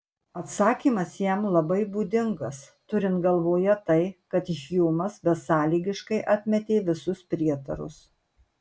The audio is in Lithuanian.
atsakymas jam labai būdingas turint galvoje tai kad hjumas besąlygiškai atmetė visus prietarus